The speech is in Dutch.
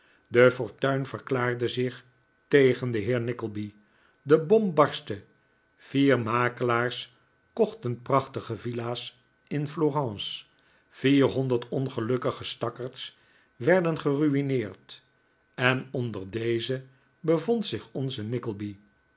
de fortuin verklaarde zich tegen den heer nickleby de bom barstte vier makelaars kochten prachtige villa's in florence vierhonderd ongelukkige stakkerds werden geruineerd en onder deze bevond zich onze